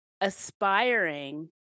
aspiring